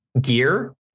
gear